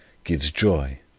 gives joy,